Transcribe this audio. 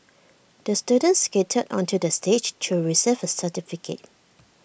the student skated onto the stage to receive certificate